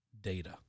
data